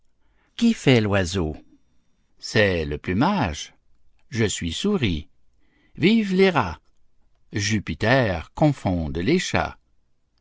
qui fait l'oiseau c'est le plumage je suis souris vive les rats jupiter confonde les chats